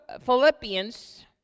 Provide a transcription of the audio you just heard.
Philippians